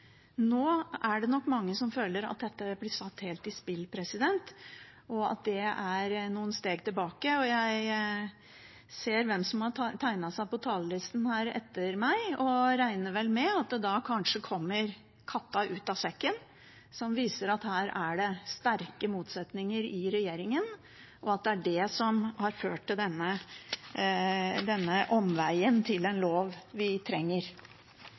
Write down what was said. Nå er det nok mange som føler at dette blir satt helt i spill, og at det er noen steg tilbake. Jeg ser hvem som har tegnet seg på talerlista etter meg, og regner vel med at da kommer kanskje katta ut av sekken, noe som vil vise at her er det sterke motsetninger i regjeringen, og at det er det som har ført til denne omveien til en lov vi trenger.